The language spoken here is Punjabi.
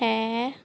ਹੈ